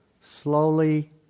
Slowly